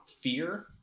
fear